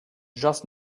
just